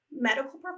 medical